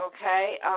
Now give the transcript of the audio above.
Okay